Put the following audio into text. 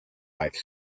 life